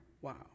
Wow